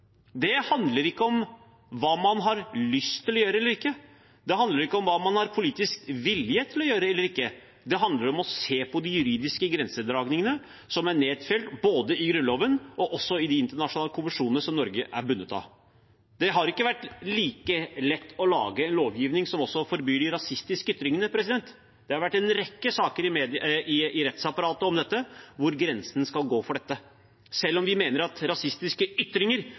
Det handler ikke om hva man har lyst til å gjøre, eller ikke, det handler ikke om hva man har politisk vilje til å gjøre, eller ikke – det handler om å se på de juridiske grensedragningene som er nedfelt både i Grunnloven og også i de internasjonale konvensjonene Norge er bundet av. Det har ikke vært like lett å lage en lovgivning som også forbyr de rasistiske ytringene. Det har være en rekke saker i rettsapparatet om dette – hvor grensene skal gå for det. Selv om vi mener at rasistiske ytringer